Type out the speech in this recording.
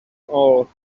all